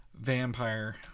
vampire